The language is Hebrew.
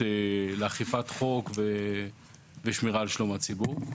של אכיפת החוק ושל שמירה על שלום הציבור.